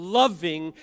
loving